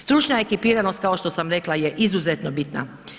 Stručna ekipiranost kao što sam rekla je izuzetno bitna.